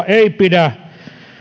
ei pidä